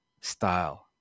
style